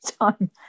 time